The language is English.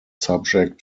subject